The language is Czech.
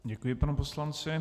Děkuji panu poslanci.